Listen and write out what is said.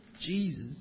Jesus